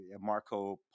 Marco